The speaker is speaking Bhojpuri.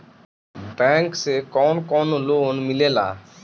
बैंक से कौन कौन लोन मिलेला?